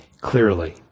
clearly